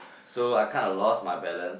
so I kinda lost my balance